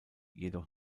jedoch